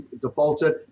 defaulted